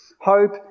Hope